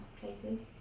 places